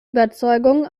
überzeugungen